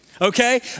Okay